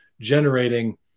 generating